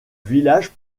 village